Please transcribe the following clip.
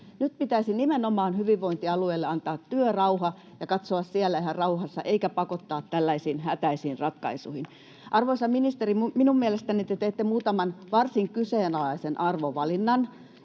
Nyt pitäisi nimenomaan hyvinvointialueille antaa työrauha ja katsoa siellä ihan rauhassa eikä pakottaa tällaisiin hätäisiin ratkaisuihin. Arvoisa ministeri, minun mielestäni te teitte muutaman varsin kyseenalaisen arvovalinnan,